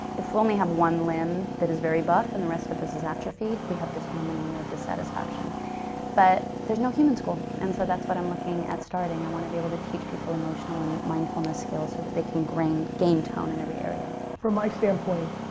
if only have one limb that is very buff and the rest of us is atrophied, we have disharmony, and we have dissatisfaction but there's no human school and so that's what i'm looking at starting. i want to be able to teach people emotional and mindfulness skills so that they can gain tone in every area. from my standpoint,